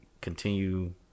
continue